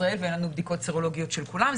ישראל ואין לנו בדיקות סרולוגיות של כולם.